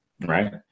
Right